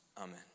Amen